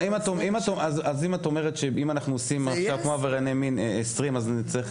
אם את אומרת שאם אנחנו עושים כמו אצל עברייני מין 20 שנים,